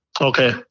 Okay